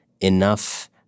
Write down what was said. enough